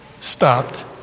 stopped